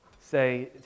say